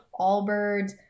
Allbirds